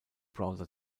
browser